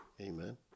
Amen